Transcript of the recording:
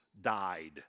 died